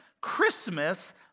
Christmas